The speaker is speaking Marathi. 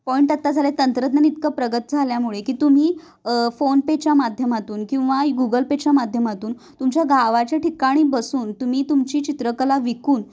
पॉईंट आत्ता झाला आहे तंत्रज्ञान इतकं प्रगत झाल्यामुळे की तुम्ही फोनपेच्या माध्यमातून किंवा गुगल पेच्या माध्यमातून तुमच्या गावाच्या ठिकाणी बसून तुम्ही तुमची चित्रकला विकून